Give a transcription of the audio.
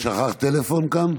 את שכחת טלפון כאן?